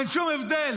אין שום הבדל.